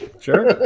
Sure